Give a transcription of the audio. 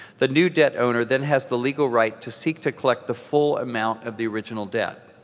the new debt owner then has the legal right to seek to collect the full amount of the original debt.